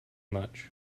much